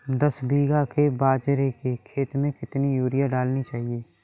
दस बीघा के बाजरे के खेत में कितनी यूरिया डालनी चाहिए?